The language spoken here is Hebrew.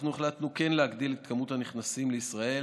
אנחנו החלטנו כן להגדיל את כמות הנכנסים לישראל,